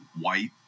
white